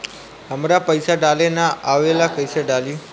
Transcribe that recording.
हमरा पईसा डाले ना आवेला कइसे डाली?